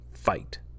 Fight